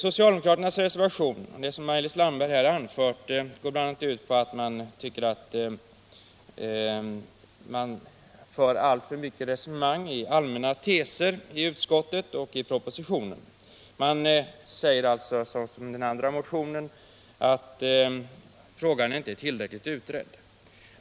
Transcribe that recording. Socialdemokraternas reservation och det som Maj-Lis Landberg här har anfört går bl.a. ut på att det i utskottet och i propositionen förs alltför många resonemang i allmänna teser om att frågan inte är tillräckligt utredd.